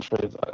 trades